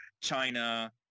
China